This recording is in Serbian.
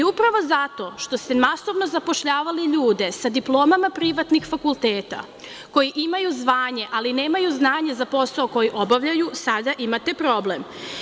Upravo zato što su masovno zapošljavali ljude sa diplomama privatnih fakulteta koji imaju zvanje ali nemaju znanje za posao koji obavljaju, sada imate problem.